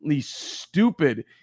stupid